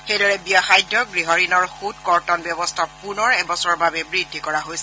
সেইদৰে ব্যয়সাধ্য গৃহঋণৰ সুদ কৰ্তন ব্যৱস্থা পুনৰ এবছৰৰ বাবে বৃদ্ধি কৰা হৈছে